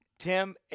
Tim